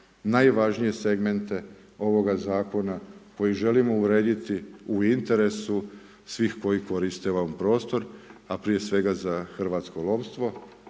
najvažnije segmente ovoga zakona koje želimo urediti u interesu svih koji koriste …/nerazumljivo/… prostor, a prije svega za hrvatsko lovstvo,